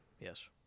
Yes